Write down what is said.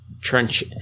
trench